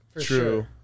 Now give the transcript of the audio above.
True